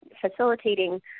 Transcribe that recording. facilitating